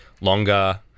longer